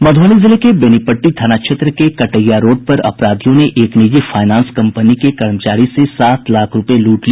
मध्बनी जिले के बेनीपट्टी थाना क्षेत्र के कटैया रोड पर अपराधियों ने एक निजी फायनांस कंपनी के कर्मचारी से सात लाख रूपये लूट लिए